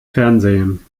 fernsehen